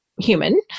human